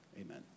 Amen